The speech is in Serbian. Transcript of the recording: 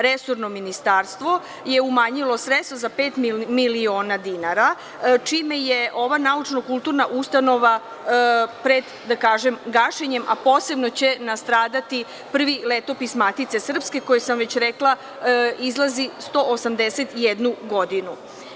Resorno ministarstvo je umanjilo sredstva za pet miliona dinara, čime je ova naučno-kulturna ustanova pred gašenjem, a posebno će nastradati prvi Letopis Matice srpske koji, već sam rekla, izlazi 181 godinu.